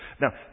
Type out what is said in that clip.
Now